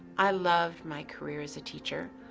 i loved my career as a teacher.